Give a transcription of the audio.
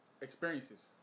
experiences